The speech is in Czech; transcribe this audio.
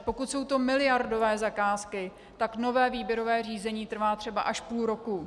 Pokud jsou to miliardové zakázky, tak nové výběrové řízení trvá třeba až půl roku.